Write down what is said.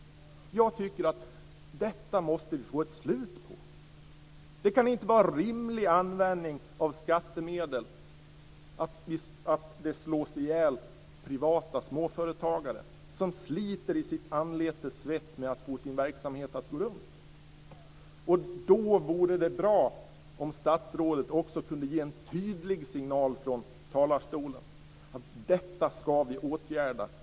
Jag tycker att vi måste få ett slut på detta. Det kan inte vara en rimlig användning av skattemedel att privata småföretagare som sliter i sitt anletes svett för att få sin verksamhet att gå runt slås ihjäl. Då vore det bra om statsrådet också kunde ge en tydlig signal från talarstolen om att vi ska åtgärda detta.